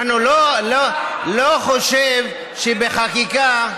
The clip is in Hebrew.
אני לא חושב שבחקיקה,